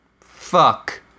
Fuck